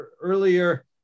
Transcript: earlier